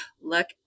look